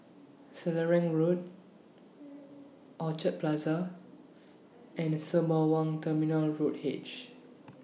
Selarang Road Orchard Plaza and Sembawang Terminal Road H